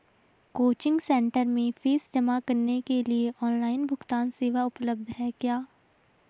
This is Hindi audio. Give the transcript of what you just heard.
कोचिंग सेंटर में फीस जमा करने के लिए ऑनलाइन भुगतान सेवा उपलब्ध है क्या?